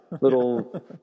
little